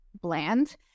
bland